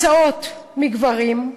הצעות מגברים,